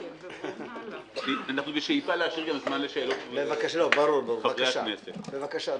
אנחנו בשאיפה להשאיר זמן לשאלות של חברי הכנסת.